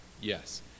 Yes